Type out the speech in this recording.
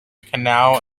canal